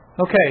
Okay